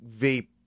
vape